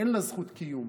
אין לה זכות קיום.